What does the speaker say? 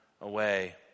away